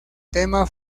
tema